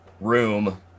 room